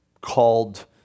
called